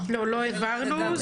לא העברנו.